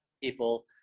people